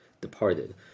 departed